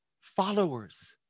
Followers